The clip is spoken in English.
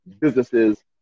businesses